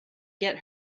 get